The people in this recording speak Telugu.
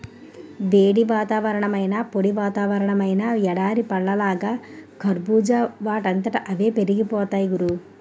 వేడి వాతావరణమైనా, పొడి వాతావరణమైనా ఎడారి పళ్ళలాగా కర్బూజా వాటంతట అవే పెరిగిపోతాయ్ గురూ